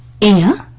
in you